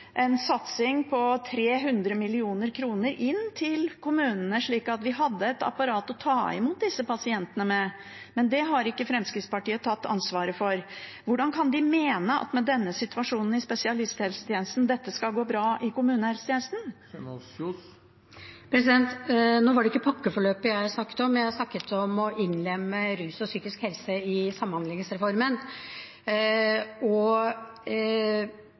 en satsing på 300 mill. kr til kommunene, slik at de kunne ha et apparat til å ta imot disse pasientene, men det har ikke Fremskrittspartiet tatt ansvar for. Hvordan kan de mene, med denne situasjonen i spesialisthelsetjenesten, at dette skal gå bra i kommunehelsetjenesten? Nå var det ikke pakkeforløpet jeg snakket om, jeg snakket om å innlemme rus og psykisk helse i samhandlingsreformen.